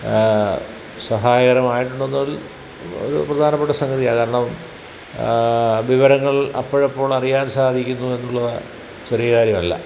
സഹായകരാമായിട്ടുണ്ടെന്നുള് ത് ഒരു പ്രധാനപ്പെട്ട സംഗതിയാണ് കാരണം വിവരങ്ങൾ അപ്പഴപ്പോളറിയാൻ സാധിക്കുന്നു എന്നുള്ളത് ചെറിയ കാര്യമല്ല